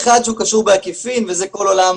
האחד, שהוא קשור בעקיפין, וזה כל עולם